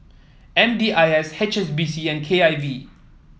M D I S H S B C and K I V